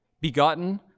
begotten